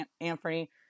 Anthony